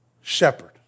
shepherd